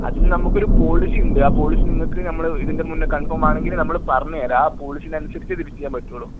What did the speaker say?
അതിന് നമുക്കൊരു പോളിസി ഉണ്ട് ആ പോളിസി നിങ്ങൾക്ക് നമ്മൾ ഇതിൻ്റെ മുന്നേ കൺഫോമാണെങ്കിൽ നമ്മൾ പറഞ്ഞ് തരാം ആ പോളിസിൻ്റെ അനുസരിച്ചേ ഇതിൽ ചെയ്യാൻ പറ്റുവൊള്ളു